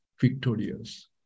victorious